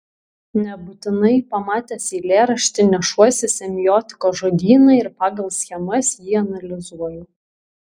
nebūtinai pamatęs eilėraštį nešuosi semiotikos žodyną ir pagal schemas jį analizuoju